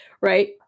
right